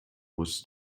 muss